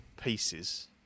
pieces